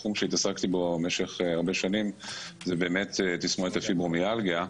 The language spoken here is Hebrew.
התחום שהתעסקתי בו במשך הרבה שנים הוא תסמונת הפיברומיאלגיה.